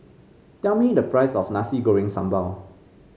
tell me the price of Nasi Goreng Sambal